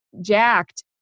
jacked